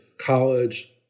college